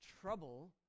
trouble